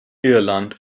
irland